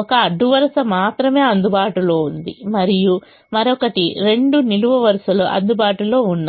ఒక అడ్డు వరుస మాత్రమే అందుబాటులో ఉంది మరియు మరొకటి రెండు నిలువు వరుసలు అందుబాటులో ఉన్నాయి